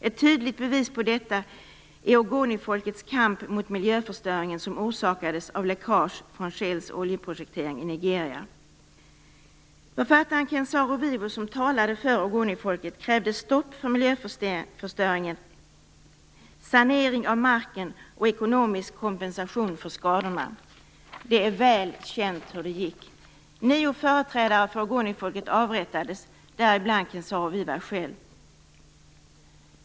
Ett tydligt bevis på detta är ogonifolkets kamp mot den miljöförstöring som orsakades av läckage från Saro-Wiwo, som talade för ogonifolket, krävde stopp för miljöförstöringen, sanering av marken och ekonomisk kompensation för skadorna. Det är väl känt hur det gick. Nio företrädare för ogonifolket avrättades, däribland Ken Saro-Wiwo själv.